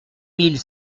mille